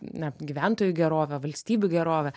na gyventojų gerovę valstybių gerovę